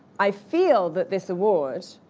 i feel that this award.